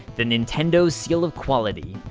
the nintendo seal of quality.